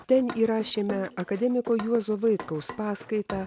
ten įrašėme akademiko juozo vaitkaus paskaitą